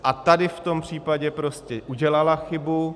A tady v tom případě prostě udělala chybu.